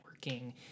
networking